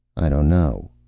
i don't know.